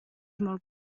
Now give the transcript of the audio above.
molt